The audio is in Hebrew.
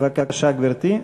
בבקשה, גברתי.